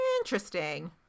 Interesting